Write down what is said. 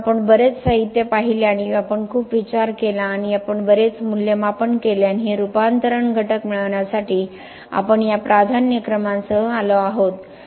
म्हणून आपण बरेच साहित्य पाहिले आणि आपण खूप विचार केला आणि आपण बरेच मूल्यमापन केले आणि हे रूपांतरण घटक मिळविण्यासाठी आपण या प्राधान्यक्रमांसह आलो आहोत